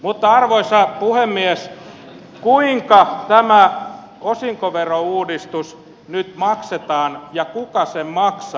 mutta arvoisa puhemies kuinka tämä osinkoverouudistus nyt maksetaan ja kuka sen maksaa